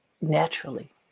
naturally